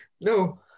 no